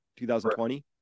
2020